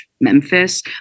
Memphis